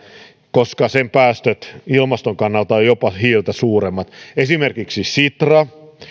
koska sen päästöt ilmaston kannalta ovat jopa hiiltä suuremmat esimerkiksi sitra